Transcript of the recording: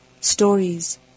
stories